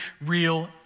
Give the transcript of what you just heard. real